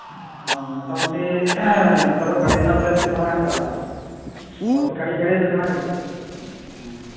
ᱦᱮᱸ ᱢᱳᱴᱟᱢᱩᱴᱤ ᱚᱱᱠᱟ ᱫᱚ ᱜᱟᱹᱲᱤ ᱱᱟᱦᱟᱜ ᱛᱤᱱ ᱢᱟᱨᱟᱝ ᱟᱜ ᱪᱟᱞᱟᱜᱼᱟ ᱢᱳᱴᱟᱢᱩᱴᱤ ᱠᱟᱹᱴᱤᱡ ᱜᱟᱹᱲᱤ ᱥᱮ ᱥᱮᱬᱟ ᱜᱟᱹᱲᱤ